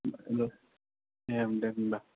ओम दे होनबा